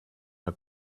mal